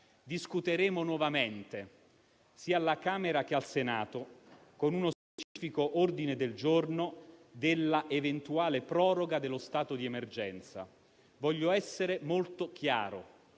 Discuteremo nuovamente - sia alla Camera che al Senato - con uno specifico ordine del giorno dell'eventuale proroga dello stato di emergenza. Voglio essere molto chiaro: